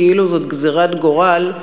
כאילו זאת גזירת גורל,